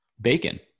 Bacon